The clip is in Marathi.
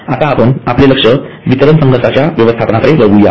आता आपण आपले लक्ष वितरण संघर्षाच्या व्यवस्थापनाकडे वळवूया